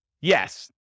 Yes